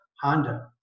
Honda